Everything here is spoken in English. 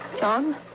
John